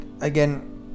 again